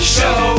Show